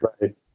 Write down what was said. Right